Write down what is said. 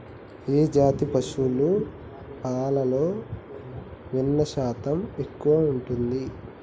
ఏ జాతి పశువుల పాలలో వెన్నె శాతం ఎక్కువ ఉంటది?